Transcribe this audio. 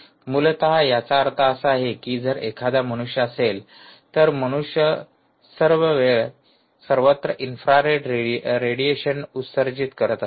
मूलत याचा अर्थ असा आहे की जर एखादा मनुष्य असेल तर मनुष्य सर्व वेळ सर्वत्र इन्फ्रारेड रेडिएशन उत्सर्जित करत असतो